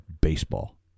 baseball